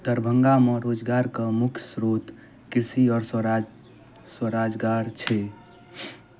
दरभंगामे रोजगारके मुख्य श्रोत कृषि आओर स्वराज स्वरोजगार छै